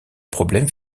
problème